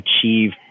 achieve